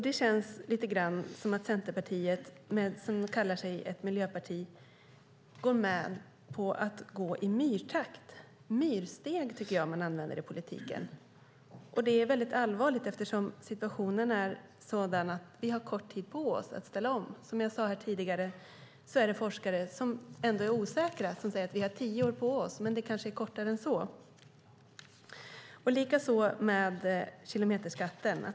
Det känns som att Centerpartiet som kallar sig ett miljöparti går med på att ta myrsteg i politiken. Det är allvarligt eftersom vi har kort tid på oss för att ställa om. Som jag sade tidigare är forskarna osäkra. Vi kan ha tio år på oss, men det kanske är mindre. Samma sak gäller kilometerskatten.